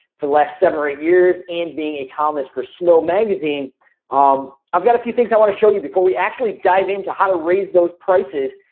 the last seven or eight years and being a com for snow magazine um i've got a few things i wanna show you before we actually dive into how to raise those prices.